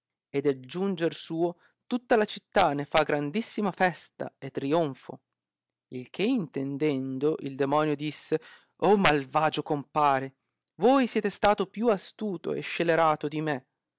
e del giunger suo tutta la città ne fa grandissima festa e trionfo il che intendendo il demonio disse oh malvagio compare voi siete stato più astuto e scelerato di me